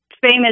famous